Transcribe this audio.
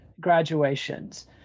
graduations